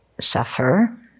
suffer